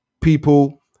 People